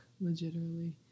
Legitimately